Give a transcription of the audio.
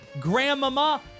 Grandmama